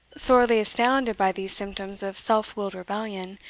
sorely astounded by these symptoms of self-willed rebellion,